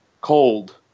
cold